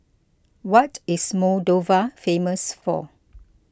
what is Moldova famous for